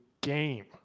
game